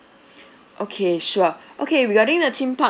okay sure okay regarding the theme park